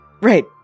right